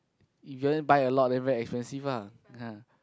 if you only buy a lot then very expensive ah